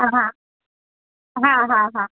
हा हा हा हा